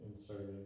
inserting